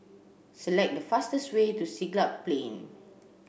select the fastest way to Siglap Plain